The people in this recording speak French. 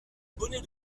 bonnet